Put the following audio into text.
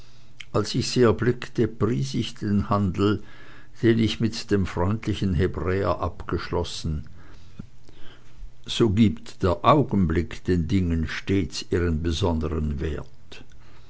als ich sie erblickte pries ich den handel den ich mit dem freundlichen hebräer abgeschlossen so gibt der augenblick den dingen stets ihren besondern wert